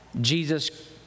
Jesus